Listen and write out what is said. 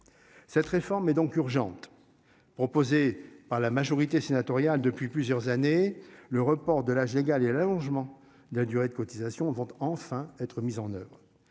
Cette réforme est donc urgente. Proposée par la majorité sénatoriale depuis plusieurs années le report de l'âge légal et l'allongement de la durée de cotisation vont enfin être mises en oeuvre.